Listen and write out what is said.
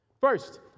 First